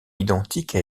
identique